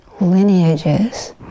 Lineages